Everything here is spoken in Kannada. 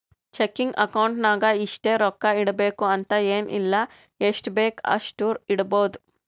ಚೆಕಿಂಗ್ ಅಕೌಂಟ್ ನಾಗ್ ಇಷ್ಟೇ ರೊಕ್ಕಾ ಇಡಬೇಕು ಅಂತ ಎನ್ ಇಲ್ಲ ಎಷ್ಟಬೇಕ್ ಅಷ್ಟು ಇಡ್ಬೋದ್